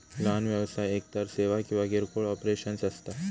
लहान व्यवसाय एकतर सेवा किंवा किरकोळ ऑपरेशन्स असता